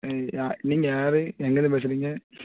நீங்கள் யார் எங்கிருந்து பேசுகிறீங்க